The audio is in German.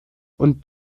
und